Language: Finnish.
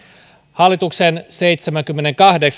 hallituksen seitsemänkymmenenkahden